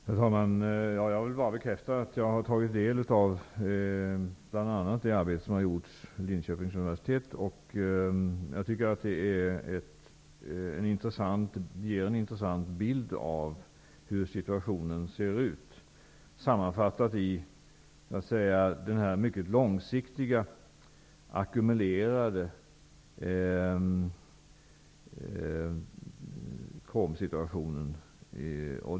Herr talman! Jag vill bara bekräfta att jag har tagit del av bl.a. det arbete som har gjort vid Linköpings universitet. Jag tycker att det ger en intressant bild av hur situationen ser ut, sammanfattat i den här mycket långsiktiga ackumulerade kromsituationen.